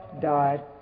died